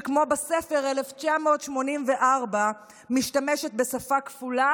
שכמו בספר 1984 משתמשת בשפה כפולה,